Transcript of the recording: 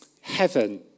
heaven